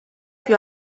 più